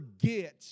forget